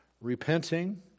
repenting